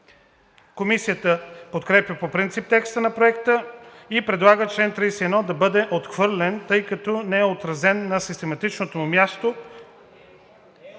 Комисията подкрепя по принцип текста на Проекта и предлага чл. 31 да бъде отхвърлен, тъй като е отразен на систематичното му място